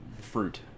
fruit